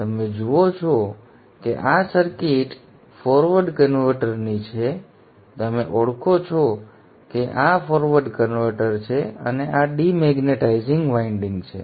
તમે જુઓ છો કે આ સર્કિટ ફોરવર્ડ કન્વર્ટરની છે તમે ઓળખો છો કે આ ફોરવર્ડ કન્વર્ટર છે અને આ ડિમેગ્નેટાઇઝિંગ વાઇન્ડિંગ છે